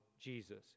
Jesus